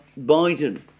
Biden